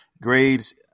Grades